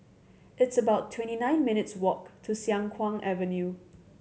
it's about twenty nine minutes' walk to Siang Kuang Avenue